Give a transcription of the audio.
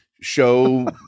show